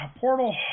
portal